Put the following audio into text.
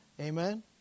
Amen